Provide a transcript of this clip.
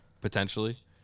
potentially